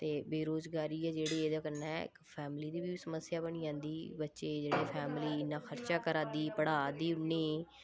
ते बेरोज़गारी ऐ जेह्ड़ी एह्दे कन्नै इक फैमली दी बी समस्या बनी जंदी बच्चे जेह्ड़े फैमली इन्ना खर्चा करा दी पढ़ा दी उ'नेंगी